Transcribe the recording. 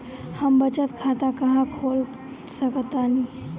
हम बचत खाता कहां खोल सकतानी?